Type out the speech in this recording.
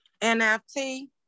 NFT